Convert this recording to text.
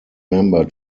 member